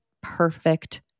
perfect